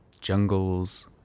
jungles